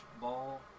ball